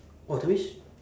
!wah! that means